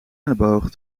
elleboog